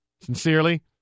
Sincerely